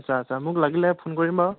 আচ্ছা আচ্ছা মোক লাগিলে ফোন কৰিম বাৰু